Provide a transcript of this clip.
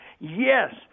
Yes